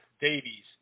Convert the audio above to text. Davies